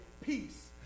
peace